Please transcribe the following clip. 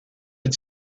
had